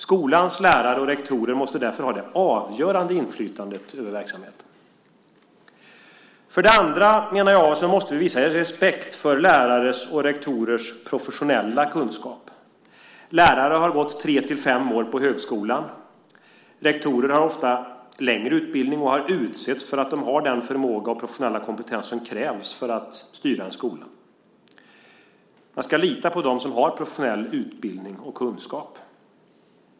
Skolans lärare och rektorer måste därför ha det avgörande inflytandet över verksamheten. För det andra måste vi, menar jag, visa respekt för lärares och rektorers professionella kunskap. Lärare har gått tre-fem år på högskolan. Rektorer har ofta längre utbildning och har utsetts för att de har den förmåga och professionella kompetens som krävs för att styra en skola. Man ska lita på dem som har professionell utbildning och kunskap.